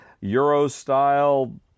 Euro-style